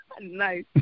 Nice